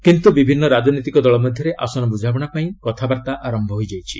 କିନ୍ତୁ ବିଭିନ୍ନ ରାଜନୈତିକ ଦଳ ମଧ୍ୟରେ ଆସନ ବୁଝାମଣା ପାଇଁ କଥାବାର୍ତ୍ତା ଆରମ୍ଭ ହୋଇଯାଇଛି